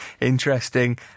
Interesting